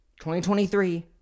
2023